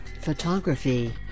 photography